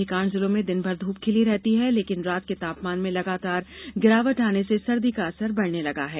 अधिकांश जिलों में दिनभर धूप खिली रहती है लेकिन रात के तापमान में लगातार गिरावट आने से सर्दी का असर बढ़ने लगा है